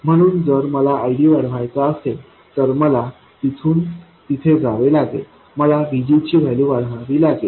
म्हणून जर मला ID वाढवायचा असेल तर मला तिथून तिथे जावे लागेल मला VG ची व्हॅल्यू वाढवावी लागेल